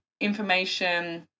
information